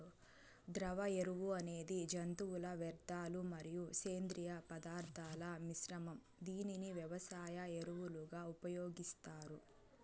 ద్రవ ఎరువు అనేది జంతువుల వ్యర్థాలు మరియు సేంద్రీయ పదార్థాల మిశ్రమం, దీనిని వ్యవసాయ ఎరువులుగా ఉపయోగిస్తారు